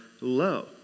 low